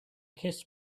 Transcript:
kiss